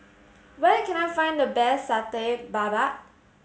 where can I find the best Satay Babat